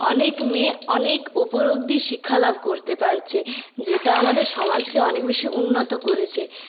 অনেক মেয়ে অনেক উপর অবধি শিক্ষালাভ করতে পারছে যেটা আমাদের সমাজকে অনেক বেশি উন্নত করেছে